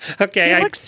Okay